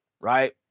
right